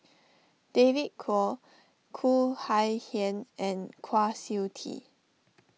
David Kwo Khoo Kay Hian and Kwa Siew Tee